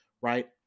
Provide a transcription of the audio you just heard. right